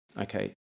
okay